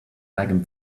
megan